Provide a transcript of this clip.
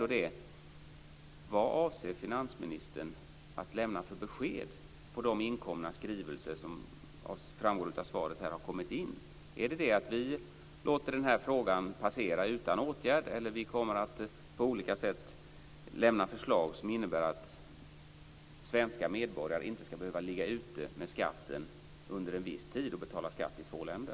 Men det viktiga är ändå: Vad avser finansministern att lämna för besked på de skrivelser som enligt svaret har kommit in? Är det att man låter frågan passera utan åtgärd, eller att man på olika sätt kommer att lämna förslag som innebär att svenska medborgare inte ska behöva ligga ute med pengar en viss tid när de betalar skatt i två länder?